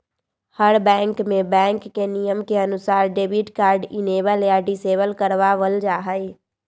हर bank में bank के नियम के अनुसार डेबिट कार्ड इनेबल या डिसेबल करवा वल जाहई